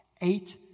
Eight